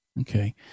Okay